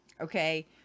okay